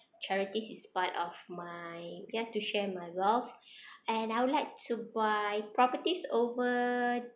charity is part of my ya to share my wealth and I would like to buy properties over